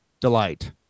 delight